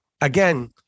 again